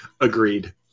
Agreed